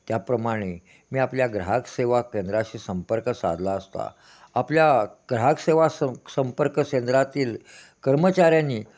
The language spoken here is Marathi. त्याप्रमाणे मी आपल्या ग्राहक सेवा केंद्राशी संपर्क साधला असता आपल्या ग्राहक सेवा सं संपर्क केंद्रातील कर्मचाऱ्यांनी